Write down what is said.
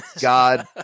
God